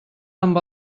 amb